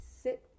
sit